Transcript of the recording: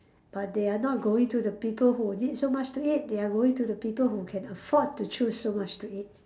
but they are not going to the people who need so much to eat they are going to the people who can afford to choose so much to eat